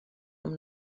amb